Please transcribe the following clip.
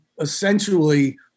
essentially